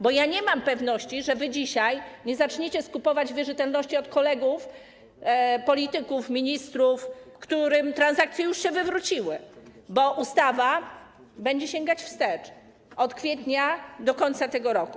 Bo ja nie mam pewności, że dzisiaj nie zaczniecie skupować wierzytelności od kolegów, polityków, ministrów, w przypadku których transakcje już się wywróciły, bo ustawa będzie sięgać wstecz, od kwietnia do końca tego roku.